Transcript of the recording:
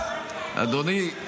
את מעמדה של החברה הערבית --- אדוני,